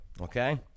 Okay